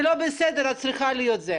זה לא בסדר, את צריכה להיות עם מסכה.